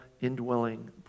indwelling